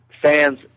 fans